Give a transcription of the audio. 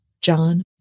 John